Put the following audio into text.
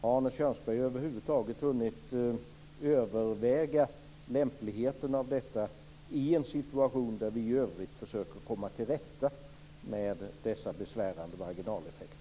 Har Arne Kjörnsberg över huvud taget hunnit överväga lämpligheten av detta i en situation där vi i övrigt försöker att komma till rätta med dessa besvärande marginaleffekter?